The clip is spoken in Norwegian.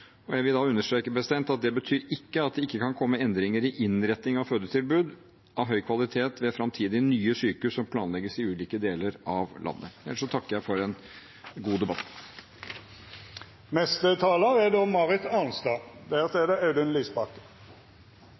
Jeg vil da understreke at det ikke betyr at det ikke kan komme endringer i innretning av fødetilbud av høy kvalitet ved framtidige nye sykehus som planlegges i ulike deler av landet. Ellers takker jeg for en god debatt. Jeg har bare et par kommentarer på tampen av debatten. For det